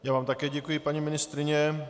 Já vám také děkuji, paní ministryně.